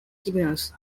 signals